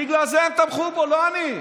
בגלל זה הם תמכו בו לא אני,